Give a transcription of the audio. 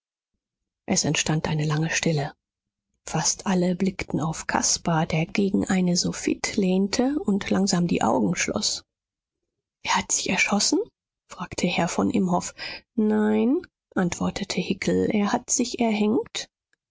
es entstand eine lange stille fast alle blickten auf caspar der gegen eine soffitte lehnte und langsam die augen schloß er hat sich erschossen fragte herr von imhoff nein antwortete hickel er hat sich erhängt